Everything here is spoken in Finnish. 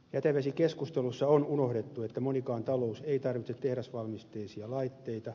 jätevesikeskustelussa on unohdettu että monikaan talous ei tarvitse tehdasvalmisteisia laitteita